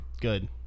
good